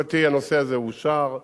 בתקופתי הנושא הזה אושר,